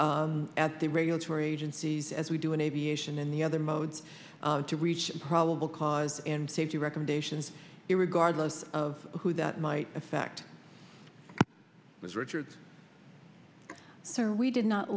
at the regulatory agencies as we do in aviation and the other modes to reach probable cause and safety recommendations it regardless of who that might affect was richard so we did not